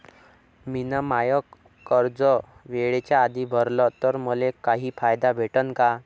मिन माय कर्ज वेळेच्या आधी भरल तर मले काही फायदा भेटन का?